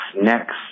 next